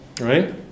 Right